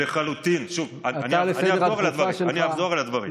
לחלוטין, אני אחזור על הדברים.